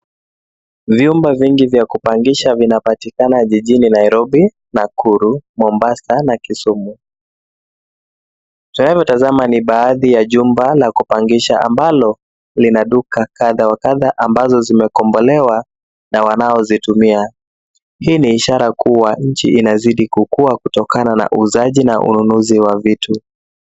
Vyumba vingi vya kupangisha vinapatikana jijini Nairobi, Nakuru, Mombasa na Kisumu. Tunayotazama ni baadhi ya jumba la kupangisha ambalo lina duka kadha wa kadha ambazo zimekombolewa na wanaozitumia. Hii ni ishara kuwa nchi inazidi kukua kutokana na uuzaji na ununuzi wa vitu.